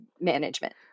management